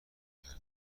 کرده